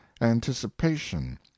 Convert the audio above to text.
anticipation